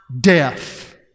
death